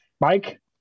mike